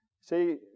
See